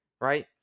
Right